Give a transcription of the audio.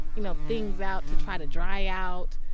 you know, things out to try to dry out.